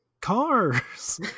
Cars